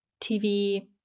TV